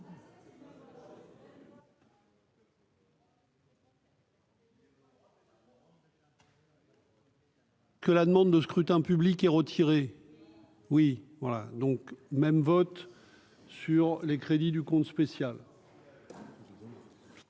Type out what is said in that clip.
Que la demande de scrutin public et retiré oui voilà, donc même vote sur les crédits du compte spécial.